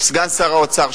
סגן שר האוצר,